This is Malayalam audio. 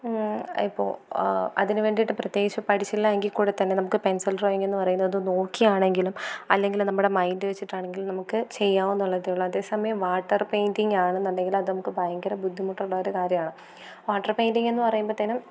ഇപ്പോൾ അതിന് വേണ്ടിയിട്ട് പ്രതേകിച്ചു പഠിച്ചില്ലാ എങ്കിൽ കൂടെ തന്നെ നമുക്ക് പെൻസിൽ ഡ്രോയിങ്ങ് എന്ന് പറയുന്നത് നോക്കി ആണെങ്കിലും അല്ലെങ്കിൽ നമ്മുടെ മൈൻഡ് വെച്ചിട്ട് ആണെങ്കിലും നമുക്ക് ചെയ്യാം എന്നുള്ളതേ ഉള്ളൂ അതേസമയം വാട്ടർ പെയിൻറ്റിംഗ് ആണെന്ന് ഉണ്ടെങ്കിൽ അത് നമുക്ക് ഭയങ്കര ബുദ്ധിമുട്ടുള്ള ഒരു കാര്യമാണ് വാട്ടർ പെയിൻറ്റിങ് എന്ന് പറയുമ്പത്തേനും